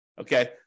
Okay